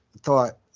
thought